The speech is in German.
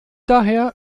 daher